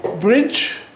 bridge